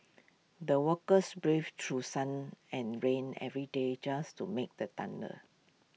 the workers braved through sun and rain every day just to made the tunnel